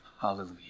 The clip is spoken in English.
Hallelujah